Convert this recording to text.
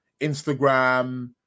Instagram